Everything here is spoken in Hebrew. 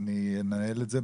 ואני אנהל את זה,